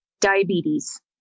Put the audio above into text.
diabetes